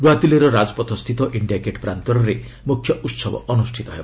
ନୂଆଦିଲ୍ଲୀର ରାଜପଥ ସ୍ଥିତ India Gate ପ୍ରାନ୍ତରରେ ମୁଖ୍ୟ ଉତ୍ସବ ଅନୁଷ୍ଠିତ ହେବ